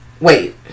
wait